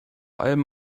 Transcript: allem